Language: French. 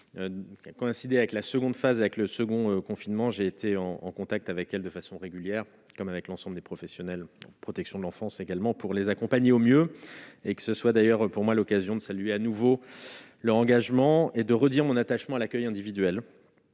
a coïncidé avec la seconde phase, avec le second confinement, j'ai été en contact avec elle de façon régulière, comme avec l'ensemble des professionnels, protection de l'enfance également pour les accompagner au mieux et que ce soit d'ailleurs pour moi l'occasion de saluer à nouveau leur engagement et de redire mon attachement à l'accueil individuel,